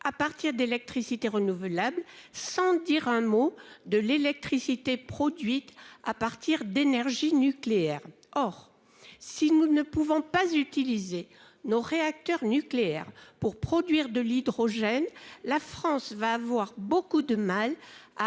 à partir d'électricité renouvelable, sans dire un mot de l'électricité produite à partir d'énergie nucléaire. Or, si elle ne peut pas utiliser ses réacteurs nucléaires pour produire de l'hydrogène, la France va avoir beaucoup de mal à